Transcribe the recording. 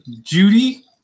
Judy